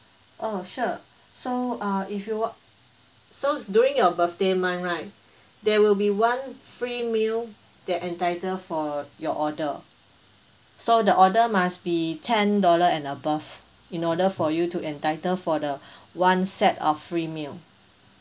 oh sure so uh if you work so during your birthday month right there will be one free meal that entitle for your order so the order must be ten dollar and above in order for you to entitle for the one set of free meal